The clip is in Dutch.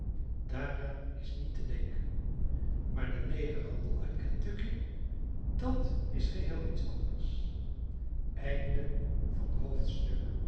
daaraan is niet te denken maar de negerhandel uit kentucky dat is geheel iets anders